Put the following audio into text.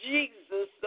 Jesus